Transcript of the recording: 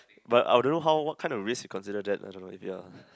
but I don't know how what kind of risk you consider that I don't know if you are